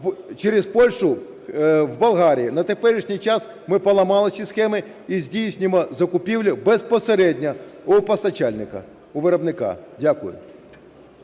через Польщу - в Болгарію. На теперішній час ми поламали ці схеми і здійснюємо закупівлі безпосередньо у постачальника, у виробника. Дякую.